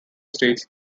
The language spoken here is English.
states